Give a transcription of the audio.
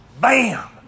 Bam